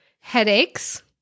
headaches